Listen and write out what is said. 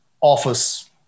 office